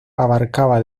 abarcaba